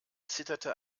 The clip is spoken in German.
zitterte